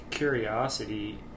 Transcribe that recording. curiosity